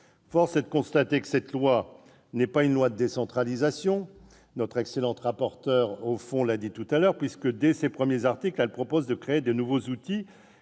Force est de constater que le projet de loi n'est pas un texte de décentralisation- notre excellente rapporteur au fond l'a dit -, puisque, dès ses premiers articles, il prévoit de créer de nouveaux outils